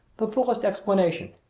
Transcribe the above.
the fullest explanation.